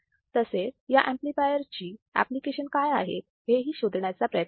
तसेच या एम्प्लिफायर ची एप्लीकेशन काय आहेत हेही शोधण्याचा प्रयत्न करा